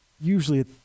usually